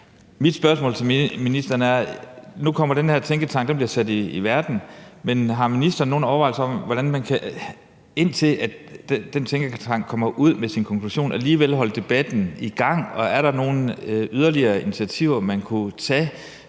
et spørgsmål til ministeren. Nu bliver den her tænketank sat i verden, men har ministeren nogen overvejelse om, hvordan man, indtil den tænketank kommer ud med sin konklusion, alligevel kan holde debatten i gang? Og er der nogle yderligere initiativer, som man kunne tage,